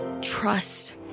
trust